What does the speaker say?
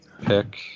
pick